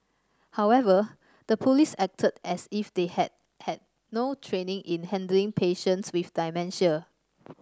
however the police acted as if they had had no training in handling patients with dementia